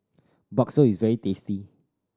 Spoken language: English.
bakso is very tasty